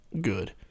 good